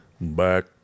Back